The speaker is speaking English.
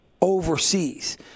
overseas